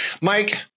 Mike